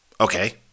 Okay